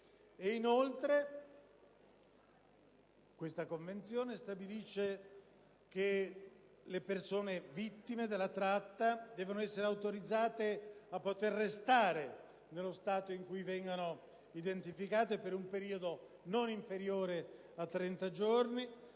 trafficanti. La Convenzione stabilisce inoltre che le persone vittime della tratta debbano essere autorizzate a rimanere nello Stato in cui vengono identificate per un periodo non inferiore a 30 giorni,